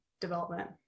development